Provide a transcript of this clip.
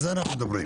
על זה אנחנו מדברים?